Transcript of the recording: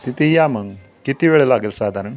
तिथे या मग किती वेळ लागेल साधारण